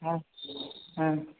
ಹಾಂ ಹಾಂ